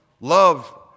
Love